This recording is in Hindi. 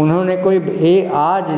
उन्होंने कोई ए आज